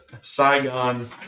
Saigon